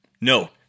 No